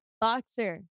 boxer